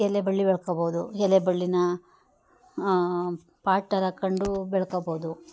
ಎಲೆ ಬಳ್ಳಿ ಬೆಳ್ಕೊಬೋದು ಎಲೆ ಬಳ್ಳಿನ ಪಾರ್ಟ್ ಅಲ್ಲಿ ಹಾಕಂಡು ಬೆಳ್ಕೊಬೋದು